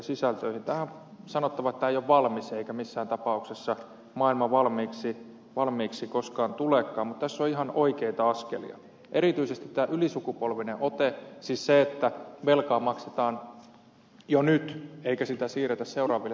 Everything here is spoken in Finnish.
tähän on sanottava että tämä ei ole valmis eikä missään tapauksessa maailma valmiiksi koskaan tulekaan mutta tässä on ihan oikeita askelia erityisesti tämä ylisukupolvinen ote siis se että velkaa maksetaan jo nyt eikä sitä siirretä seuraaville sukupolville